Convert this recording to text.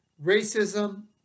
racism